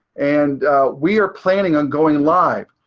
and we are planning on going live.